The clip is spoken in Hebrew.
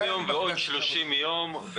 ועוד 30 ימים.